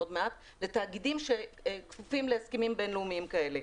לתאגידים שכפופים להסכמים בין-לאומיים כאלה.